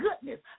goodness